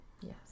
Yes